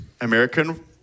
American